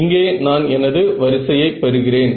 இங்கே நான் எனது வரிசையை பெறுகிறேன்